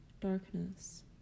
darkness